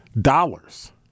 dollars